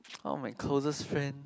one of my closest friend